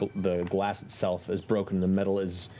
but the glass itself is broken. the metal is